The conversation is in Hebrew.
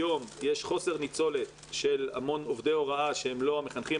היום יש חוסר ניצולת של המון עובדי הוראה שהם לא המחנכים.